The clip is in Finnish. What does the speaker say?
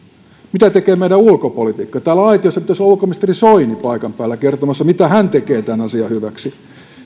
mitä tekee meidän ulkopolitiikka täällä aitiossa pitäisi ulkoministeri soinin olla paikan päällä kertomassa mitä hän tekee tämän asian hyväksi